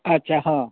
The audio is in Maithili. अच्छा हँ